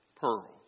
pearl